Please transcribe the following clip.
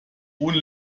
ohne